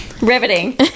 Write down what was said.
Riveting